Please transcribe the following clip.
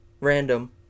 Random